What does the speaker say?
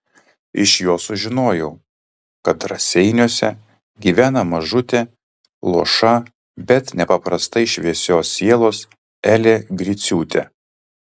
iš jo sužinojau kad raseiniuose gyvena mažutė luoša bet nepaprastai šviesios sielos elė griciūtė